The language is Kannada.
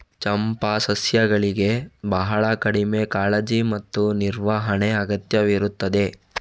ಚಂಪಾ ಸಸ್ಯಗಳಿಗೆ ಬಹಳ ಕಡಿಮೆ ಕಾಳಜಿ ಮತ್ತು ನಿರ್ವಹಣೆ ಅಗತ್ಯವಿರುತ್ತದೆ